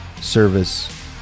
service